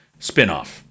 spinoff